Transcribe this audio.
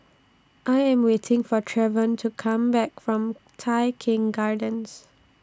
I Am waiting For Trevion to Come Back from Tai Keng Gardens